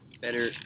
better